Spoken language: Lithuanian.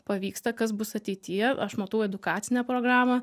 pavyksta kas bus ateityje aš matau edukacinę programą